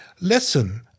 listen